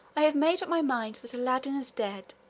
i have made up my mind that aladdin is dead,